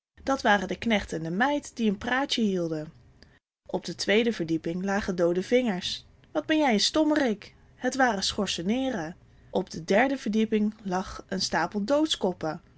dat waren de knecht en de meid die een praatje hielden op de tweede verdieping lagen doode vingers wat ben jij een stommerik het waren schorseneeren op de derde verdieping lag een stapel